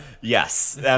yes